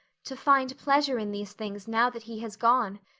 to find pleasure in these things now that he has gone,